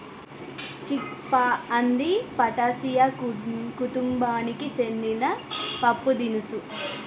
చిక్ పా అంది ఫాటాసియా కుతుంబానికి సెందిన పప్పుదినుసు